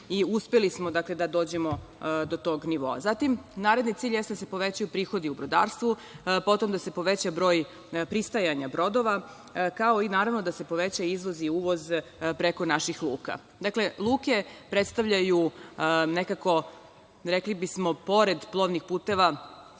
uspeli smo da dođemo do tog nivoa. Zatim naredni cilj jeste da se povećaju prihodi u brodarstvu, potom da se poveća broj pristajanja brodova, kao i naravno da se poveća izvoz i uvoz preko naših luka. Luke predstavljaju nekako, rekli bismo, pored plovnih puteva